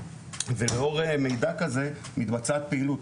ולאור מידע כזה מתבצעת פעילות.